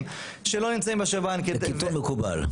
שלא נמצאים בשב"ן --- לקיטון מקובל.